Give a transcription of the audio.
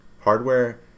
hardware